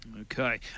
Okay